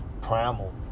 primal